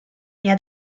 mia